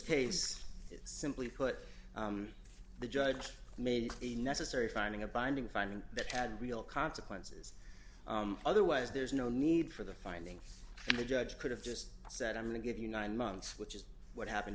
case simply put the judge made a necessary finding a binding finding that had real consequences otherwise there's no need for the findings and the judge could have just said i'm going to give you nine months which is what happened